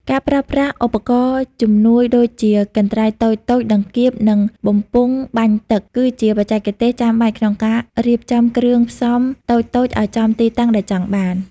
ការប្រើប្រាស់ឧបករណ៍ជំនួយដូចជា កន្ត្រៃតូចៗ ដង្កៀប និងបំពង់បាញ់ទឹក គឺជាបច្ចេកទេសចាំបាច់ក្នុងការរៀបចំគ្រឿងផ្សំតូចៗឱ្យចំទីតាំងដែលចង់បាន។